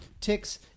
ticks